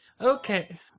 Okay